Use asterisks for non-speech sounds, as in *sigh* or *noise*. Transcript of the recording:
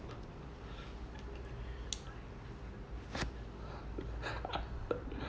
*laughs*